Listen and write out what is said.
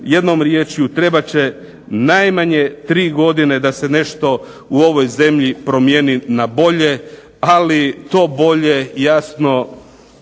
Jednom riječju trebat će najmanje tri godine da se nešto u ovoj zemlji promjeni na bolje, ali to bolje jasno